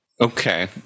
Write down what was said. Okay